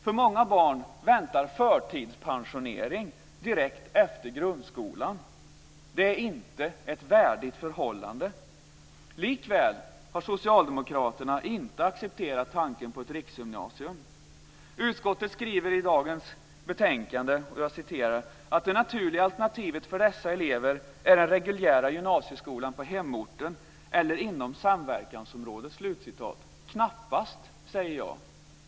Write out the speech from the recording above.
För många barn väntar förtidspensionering direkt efter grundskolan. Det är inte ett värdigt förhållande. Likväl har socialdemokraterna inte accepterat tanken på ett riksgymnasium. Utskottet skriver i dagens betänkande att "det naturliga alternativet för dessa elever är den reguljära gymnasiesärskolan på hemorten eller inom samverkansområdet." Det stämmer knappast.